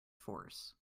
force